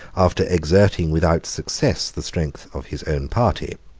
after exerting without success the strength of his own party,